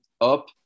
up